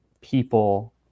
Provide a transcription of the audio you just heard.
people